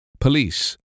Police